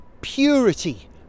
purity